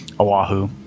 Oahu